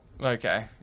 Okay